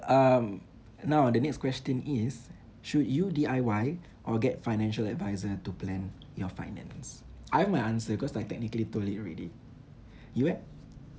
um now the next question is should you D_I_Y or get financial advisor to plan your finance I have my answer cause I technically told it already you eh